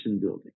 building